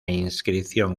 inscripción